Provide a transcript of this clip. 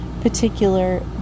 particular